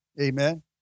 Amen